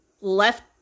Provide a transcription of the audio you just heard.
left